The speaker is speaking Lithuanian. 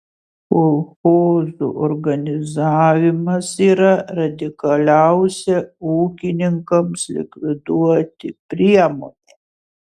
kolchozų organizavimas yra radikaliausia ūkininkams likviduoti priemonė